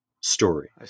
story